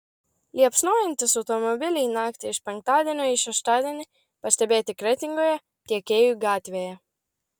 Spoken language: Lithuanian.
liepsnojantys automobiliai naktį iš penktadienio į šeštadienį pastebėti kretingoje tiekėjų gatvėje